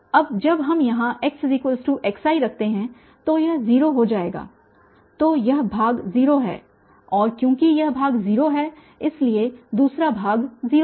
अब जब हम यहाँ xxi रखते हैं तो यह 0 हो जाएगा तो यह भाग 0 है और क्योंकि यह भाग 0 है इसलिए दूसरा भाग 0 है